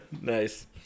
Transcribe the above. Nice